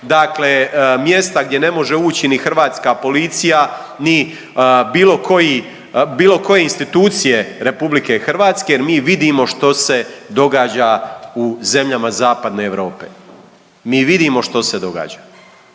dakle mjesta gdje ne može ući ni hrvatska policija, ni bilo koji, bilo koje institucije RH jer mi vidimo što se događa u zemljama Zapadne Europe, mi vidimo što se događa.